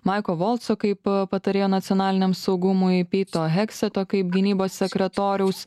maiko volco kaip patarėjo nacionaliniam saugumui pito hekseto kaip gynybos sekretoriaus